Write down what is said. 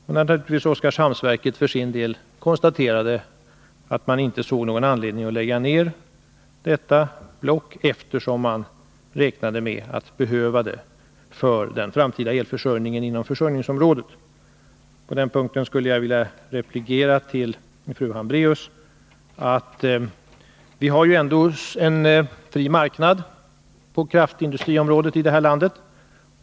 OKG konstaterade naturligtvis för sin del att man inte såg någon anledning att lägga ned detta block, eftersom man räknade med att behöva det för den framtida elförsörjningen inom försörjningsområdet. På den punkten skulle jag vilja replikera till fru Hambraeus, att vi ändå har en fri marknad på kraftindustriområdet i det här landet.